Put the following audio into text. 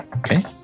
Okay